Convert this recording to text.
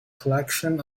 collection